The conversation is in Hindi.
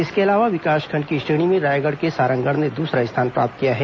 इसके अलावा विकासखंड की श्रेणी में रायगढ़ के सारंगढ ने दूसरा स्थान प्राप्त किया है